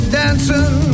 dancing